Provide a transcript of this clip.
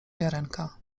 wiarenka